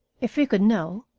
if we could know,